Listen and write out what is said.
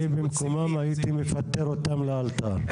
אני במקומם הייתי מפטר אותם לאלתר.